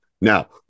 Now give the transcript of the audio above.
Now